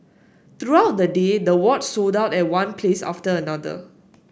throughout the day the watch sold out at one place after another